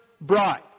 bride